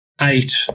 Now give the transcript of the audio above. eight